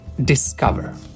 discover